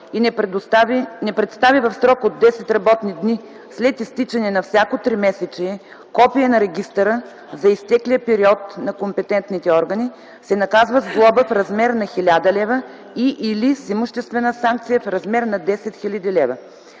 и не представи в срок от 10 работни дни след изтичане на всяко тримесечие копие на регистъра за изтеклия период на компетентните органи, се наказва с глоба в размер на 1000 лв. и/или с имуществена санкция в размер на 10 000 лв.